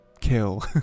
kill